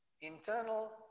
internal